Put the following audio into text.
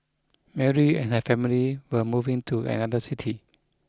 Mary and her family were moving to another city